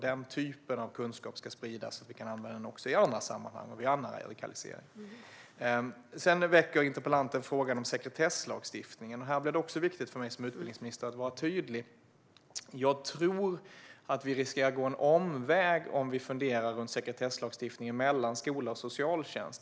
Den typen av kunskap ska spridas, så att vi kan använda den också i andra sammanhang och vid andra typer av radikalisering. Interpellanten väcker frågan om sekretesslagstiftningen. Här är det viktigt för mig som utbildningsminister att vara tydlig. Jag tror att vi riskerar att gå en omväg om vi fokuserar på sekretessen mellan skola och socialtjänst.